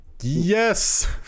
yes